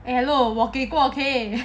eh hello 我给过 okay